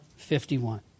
51